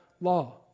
law